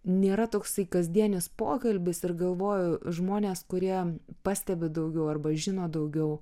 nėra toksai kasdienis pokalbis ir galvoju žmonės kurie pastebi daugiau arba žino daugiau